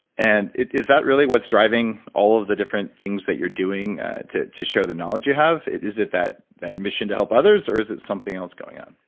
and is that really what's driving all of the different things that you're doing to to share the knowledge you have it? is it that that mission to help others? or is it something else going on?